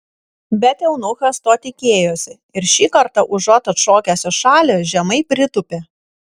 bet eunuchas to tikėjosi ir šį kartą užuot atšokęs į šalį žemai pritūpė